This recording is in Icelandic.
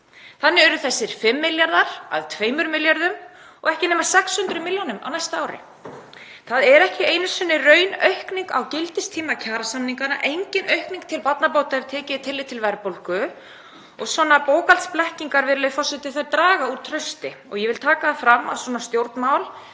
Þannig urðu þessir 5 milljarðar að 2 milljörðum og ekki nema 600 milljónum á næsta ári. Það er ekki einu sinni raunaukning á gildistíma kjarasamninganna, engin aukning til barnabóta ef tekið er tillit til verðbólgu og svona bókhaldsblekkingar, virðulegur forseti, draga úr trausti. Ég vil taka fram að svona stjórnmál